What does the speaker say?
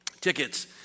tickets